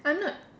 I'm not